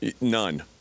None